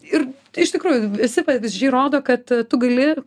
ir iš tikrųjų visi pavyzdžiai rodo kad tu gali